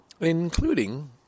including